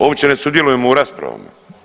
Uopće ne sudjelujemo u raspravama.